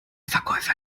verkäufer